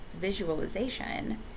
visualization